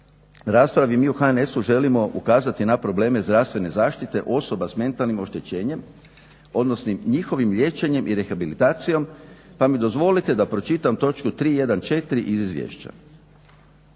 raspravi mi u HNS-u želimo ukazati na probleme zdravstvene zaštite osoba s mentalnim oštećenjem, odnosno njihovim liječenjem i rehabilitacijom pa mi dozvolite da pročitam točku 314. iz izvješća.